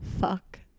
Fuck